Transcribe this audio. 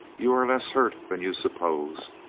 you are less hurt than you suppose,